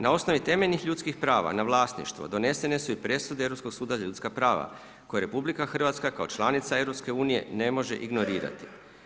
Na osnovi temeljnih ljudskih prava na vlasništvo donesene su i presude Europskog suda za ljudska prava koje RH kao članica EU ne može ignorirati.